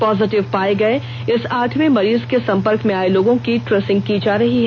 positive पाये गये इस आठवें मरीज के संपर्क में आये लोगों की ट्रेसिंग की जा रही है